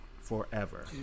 forever